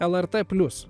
lrt plius